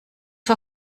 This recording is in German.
vor